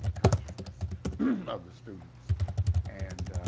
consciousness of the students and